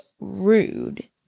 rude